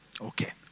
Okay